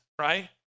right